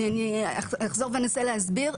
אני אחזור ואנסה להסביר,